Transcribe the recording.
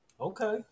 Okay